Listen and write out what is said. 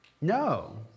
No